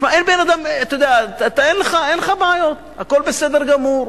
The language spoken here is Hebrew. אתה יודע, אתה אין לך בעיות, הכול בסדר גמור,